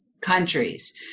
countries